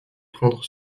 prendre